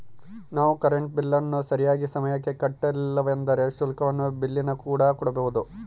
ನಾವು ಕರೆಂಟ್ ಬಿಲ್ಲನ್ನು ಸರಿಯಾದ ಸಮಯಕ್ಕೆ ಕಟ್ಟಲಿಲ್ಲವೆಂದರೆ ಶುಲ್ಕವನ್ನು ಬಿಲ್ಲಿನಕೂಡ ಕಟ್ಟಬೇಕು